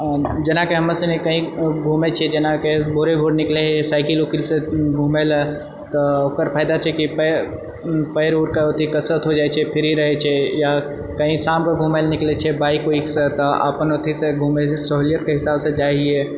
जेनाकि हमे सुनि कही घुमै छिऐ जेनाकि भोरे भोर निकलै साइकिल उकिलसँ घुमै लए तऽ ओकर फायदा छै कि पैर पैर उरके कसरत हो जाइत छै अथी फ्री रहै छै या कहीं शामके घुमै लए निकलै छिऐ बाइक उइकसँ तऽ अपन अथीसँ घुमै लऽ सहूलियतके हिसाबसँ जाए हिऐ